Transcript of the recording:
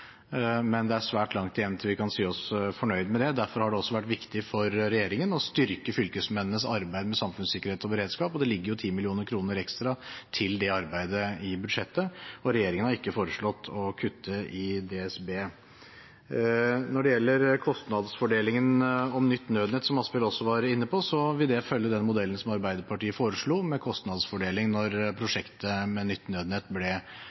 men det er svært langt igjen til vi kan si oss fornøyd. Derfor har det vært viktig for regjeringen å styrke fylkesmennenes arbeid med samfunnssikkerhet og beredskap. Det ligger 10 mill. kr ekstra til det arbeidet i budsjettet, og regjeringen har ikke foreslått å kutte i DSB. Når det gjelder kostnadsfordelingen om nytt nødnett, som representanten Asphjell også var inne på, vil det følge den modellen som Arbeiderpartiet foreslo, med kostnadsfordeling, da prosjektet med nytt nødnett ble